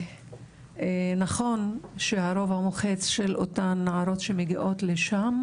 נכון שהרוב המוחץ של אותן נערות שמגיעות לשם,